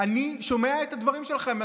אני שומע את הדברים שלכם.